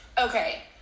Okay